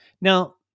Now